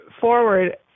forward